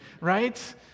right